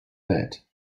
that